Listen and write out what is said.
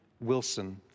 Wilson